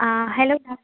ah hello talk